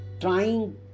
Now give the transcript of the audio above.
trying